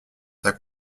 t’as